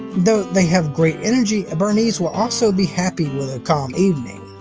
though they have great energy, a bernese will also be happy with a calm evening.